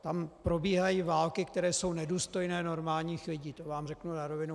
Tam probíhají války, které jsou nedůstojné normálních lidí, to vám řeknu na rovinu.